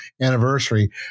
anniversary